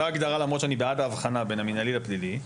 אותה הגדרה למרות שאני בעד ההבחנה בין המנהלי לפלילי.